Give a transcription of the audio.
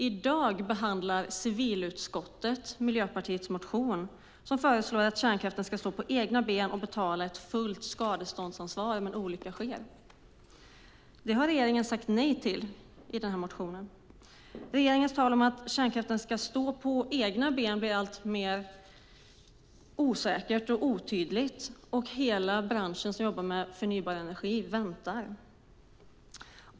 I dag behandlar civilutskottet Miljöpartiets motion där vi skriver att kärnkraften ska stå på egna ben och ta fullt skadeståndsansvar om en olycka sker. Det har regeringen sagt nej till. Regeringens tal om att kärnkraften ska stå på egna ben blir allt osäkrare och otydligare. Hela den bransch som jobbar med förnybar energi väntar på besked.